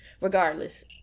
Regardless